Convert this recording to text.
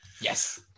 Yes